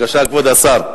כבוד השר.